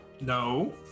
No